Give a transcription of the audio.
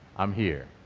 um here.